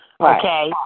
okay